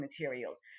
materials